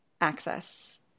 access